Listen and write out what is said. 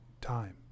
time